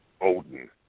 Odin